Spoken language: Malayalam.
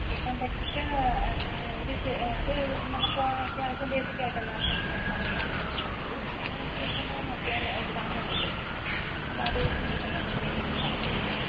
റിട്ടൺ ടെസ്റ്റ് ഒരു അത് നമുക്ക് അത്യാവശ്യം ബേസിക്കായിട്ടെല്ലാവർക്കും കവർ ചെയ്യാൻ പറ്റുന്നതേ ഉള്ളു അത് ജസ്റ്റ് ഒന്ന് നോക്കിയാൽ എഴുതാവുന്നതേ ഉള്ളു അതാ ദിവസങ്ങളിൽ തന്നെ നമുക്ക് വേണമെങ്കിൽ അങ്ങ് നടത്തിയേക്കാം